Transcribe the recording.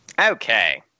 Okay